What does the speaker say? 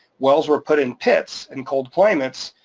wells were put in pits in cold climates,